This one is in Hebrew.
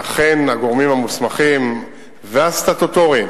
ואכן הגורמים המוסמכים והסטטוטוריים